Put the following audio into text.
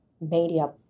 media